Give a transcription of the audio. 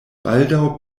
baldaŭ